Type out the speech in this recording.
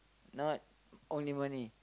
not only money